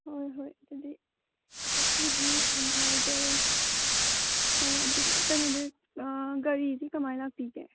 ꯍꯣꯏ ꯍꯣꯏ ꯑꯗꯨꯗꯤ ꯉꯁꯤꯒꯤꯗꯤ ꯌꯥꯝ ꯅꯨꯡꯉꯥꯏꯖꯔꯦ ꯑꯣ ꯑꯗꯨꯗꯤ ꯀꯩꯅꯣꯗꯤ ꯒꯥꯔꯤꯗꯤ ꯀꯃꯥꯏꯅ ꯂꯥꯛꯄꯤꯒꯦ